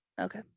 Okay